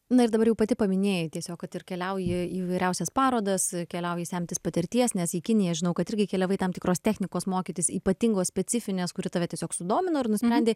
na ir dabar jau pati paminėjai tiesiog kad ir keliauji į įvairiausias parodas keliauji semtis patirties nes į kiniją žinau kad irgi keliavai tam tikros technikos mokytis ypatingos specifinės kuri tave tiesiog sudomino ir nusprendei